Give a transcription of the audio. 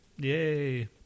Yay